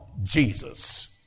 Jesus